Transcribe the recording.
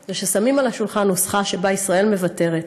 זה ששמים על השולחן נוסחה שבה ישראל מוותרת.